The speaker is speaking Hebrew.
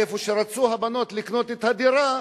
איפה שרצו הבנות לקנות את הדירה,